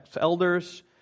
elders